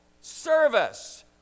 service